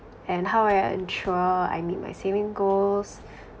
and how I ensure I meet my saving goals